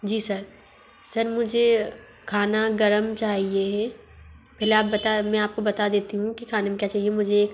जी sir sir मुझे खाना गर्म चाहिए पहले आप बताए में आपको बता देती हूँ कि खाने में क्या चाहिए मुझे